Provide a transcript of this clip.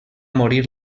morir